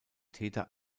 täter